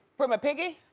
primapiggy?